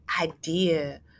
idea